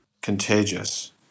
contagious